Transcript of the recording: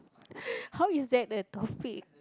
how is that a topic